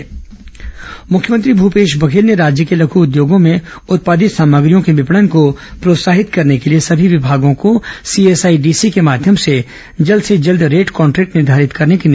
मख्यमंत्री निर्देश मुख्यमंत्री भूपेश बघेल ने राज्य के लघु उद्योगों में उत्पादित सामग्रियों के विपणन को प्रोत्साहित करने के लिए समी विभागों को सीएसआईडीसी के माध्यम से जल्द से जल्द रेट कॉन्ट्रेक्ट निर्घारित करने के निर्देश दिए हैं